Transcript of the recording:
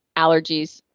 allergies,